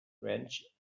wrench